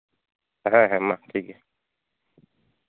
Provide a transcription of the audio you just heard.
ᱦᱮᱸ ᱦᱮᱸ ᱢᱟ ᱴᱷᱤᱠ ᱜᱮᱭᱟ